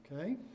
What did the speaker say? okay